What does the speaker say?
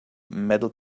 metal